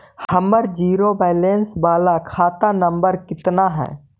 हमर zero balance बाला खाता नम्बर कितना है?